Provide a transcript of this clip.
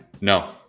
No